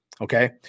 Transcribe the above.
Okay